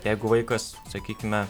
jeigu vaikas sakykime